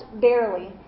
barely